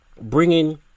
bringing